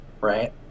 right